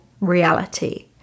reality